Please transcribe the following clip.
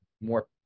more